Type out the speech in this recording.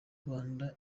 rwanda